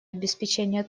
обеспечения